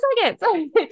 seconds